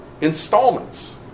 installments